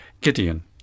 Gideon